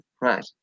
right